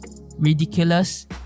ridiculous